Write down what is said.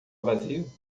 vazio